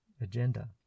agenda